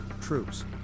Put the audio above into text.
troops